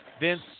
Vince